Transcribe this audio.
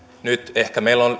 nyt ehkä meillä on